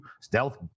Stealth